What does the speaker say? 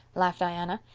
laughed diana.